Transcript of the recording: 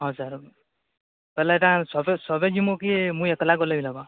ହଁ ସାର୍ ତାହାଲେ ଏଇଟା ସବେ ସବେ ଯିବୁଁ କି ମୁଁ ଏକେଲା ଗଲେ ଭି ହେବା